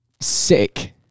sick